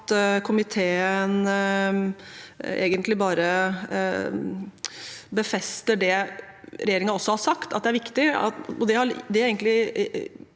komiteen befester det regjeringen har sagt, at dette er viktig.